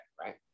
right